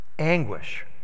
anguish